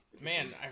Man